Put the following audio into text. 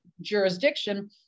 jurisdiction